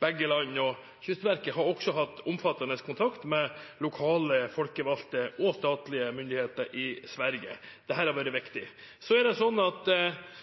begge land. Kystverket har også hatt omfattende kontakt med lokalt folkevalgte og statlige myndigheter i Sverige. Dette har vært viktig. Jeg har allerede svart ut at jeg vil jobbe raskt selv. Men det som er helt åpenbart, er at